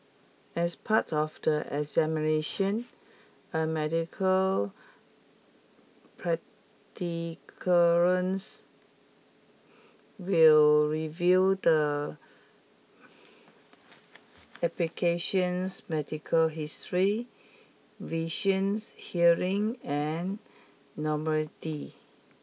as part of the examination a medical will review the application's medical history visions hearing and mobility